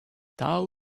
thou